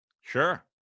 Sure